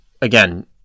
again